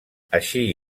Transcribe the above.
així